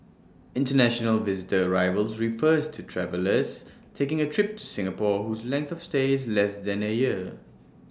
International visitor arrivals refer to travellers taking A trip to Singapore whose length of stay is less than A year